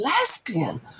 lesbian